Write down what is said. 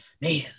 man